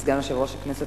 סגן יושב-ראש הכנסת,